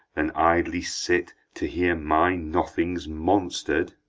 than idly sit to hear my nothings monster'd.